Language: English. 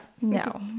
No